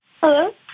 Hello